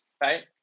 right